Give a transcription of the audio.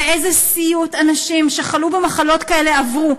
ואיזה סיוט אנשים שחלו במחלות כאלה עברו,